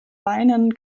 weinen